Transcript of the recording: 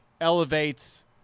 elevates –